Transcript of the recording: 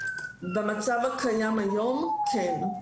במצב הקיים היום, כן.